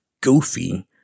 goofy